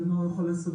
במה הוא יכול לעסוק,